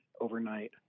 overnight